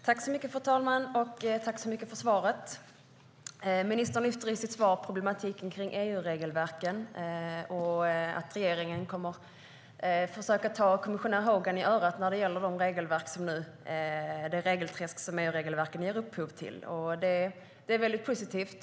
Fru talman! Jag tackar så mycket för svaret. Ministern lyfter i sitt svar fram problematiken med EU-regelverken och att regeringen kommer att försöka ta kommissionär Hogan i örat när det gäller det regelträsk som EU-regelverken ger upphov till. Det är positivt.